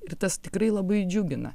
ir tas tikrai labai džiugina